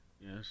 yes